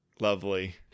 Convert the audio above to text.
Lovely